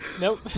nope